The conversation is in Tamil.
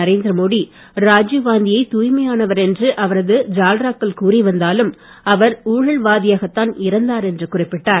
நரேந்திர மோடி ராஜீவ் காந்தியை தூய்மானவர் என்று அவரது ஜால்ராக்கள் கூறி வந்தாலும் அவர் ஊழல்வாதியாகத்தான் இறந்தார் என்று குறிப்பிட்டார்